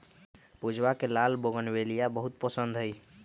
पूजवा के लाल बोगनवेलिया बहुत पसंद हई